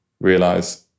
realize